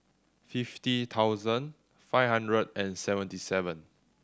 fifty thousand five hundred and seventy seven